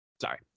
Sorry